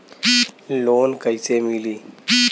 Loan कइसे मिलि?